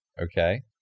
Okay